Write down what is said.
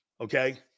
Okay